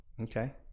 Okay